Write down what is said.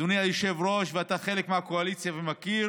אדוני היושב-ראש, אתה חלק מהקואליציה ומכיר,